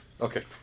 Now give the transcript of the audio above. Okay